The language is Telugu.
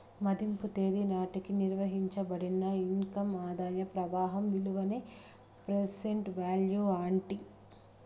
మదింపు తేదీ నాటికి నిర్వయించబడిన ఇన్కమ్ ఆదాయ ప్రవాహం విలువనే ప్రెసెంట్ వాల్యూ అంటీ